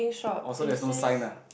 orh so there's no sign ah